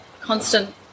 constant